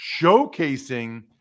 showcasing